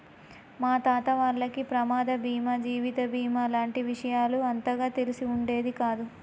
మా తాత వాళ్లకి ప్రమాద బీమా జీవిత బీమా లాంటి విషయాలు అంతగా తెలిసి ఉండేది కాదు